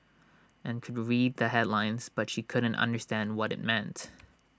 and could read the headlines but she couldn't understand what IT meant